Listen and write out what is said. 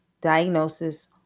diagnosis